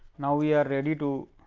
now, we are ready to